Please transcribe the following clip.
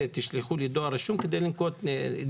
שתשלחו לי דואר רשום לפני שנוקטים בהליכים,